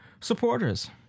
supporters